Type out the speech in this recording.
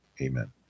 Amen